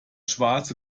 schwarze